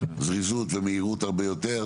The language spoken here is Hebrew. זריזות ומהירות הרבה יותר.